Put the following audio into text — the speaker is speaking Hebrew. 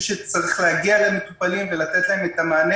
שצריך להגיע למטופלים ולתת להם את המענה,